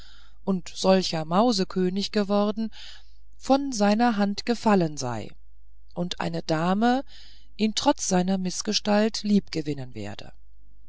und welcher mausekönig geworden von seiner hand gefallen sei und eine dame ihn trotz seiner mißgestalt liebgewinnen werde